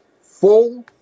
full